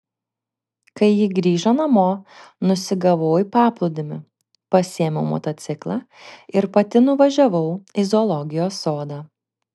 kai ji grįžo namo nusigavau į paplūdimį pasiėmiau motociklą ir pati nuvažiavau į zoologijos sodą